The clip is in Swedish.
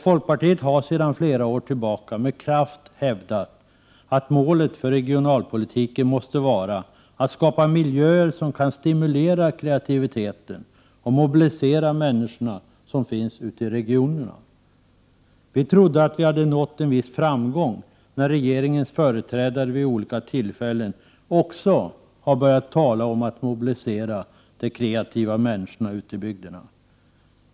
Folkpartiet har sedan flera år tillbaka med kraft hävdat att målet för regionalpolitiken måste vara att skapa miljöer som kan stimulera kreativitet och mobilisera de människor som finns ute i regionerna. Vi trodde att vi hade nått viss framgång när regeringens företrädare vid olika tillfällen började tala om att mobilisera de kreativa människorna ute i bygderna.